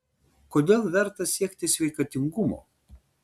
kodėl verta siekti sveikatingumo